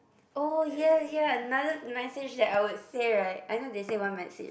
oh ya ya another message that I would say right I know they say one message